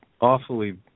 awfully